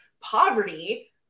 poverty